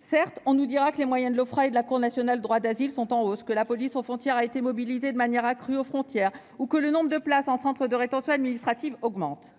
Certes, on nous dira que les moyens de l'Ofpra et de la Cour nationale du droit d'asile sont en hausse, que la police aux frontières a été mobilisée de manière accrue aux frontières ou que le nombre de places en centre de rétention administrative augmente.